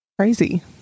Crazy